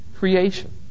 creation